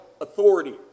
authority